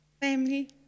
Family